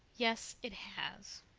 yes, it has,